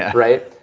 ah right?